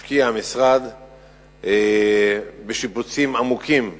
בשנתיים הללו משקיע המשרד בשיפוצים עמוקים בבתי-ספר,